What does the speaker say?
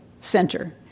center